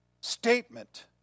statement